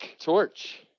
torch